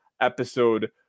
episode